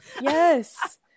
Yes